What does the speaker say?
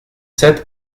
sept